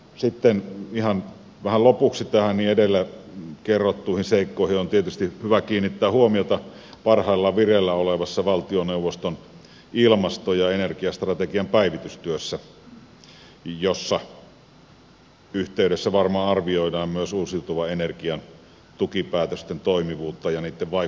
sitten vihan ja lopuksi taimi edellä kerrottuihin seikkoihin on tietysti hyvä kiinnittää huomiota parhaillaan vireillä olevassa valtioneuvoston ilmasto ja energiastrategian päivitystyössä jossa yhteydessä varmaan arvioidaan myös uusiutuvan energian tukipäätösten toimivuutta ja niitten vaikuttavuutta